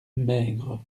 maigres